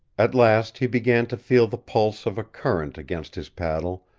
at last he began to feel the pulse of a current against his paddle,